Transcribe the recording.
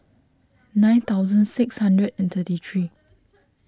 nine thousand six hundred and thirty three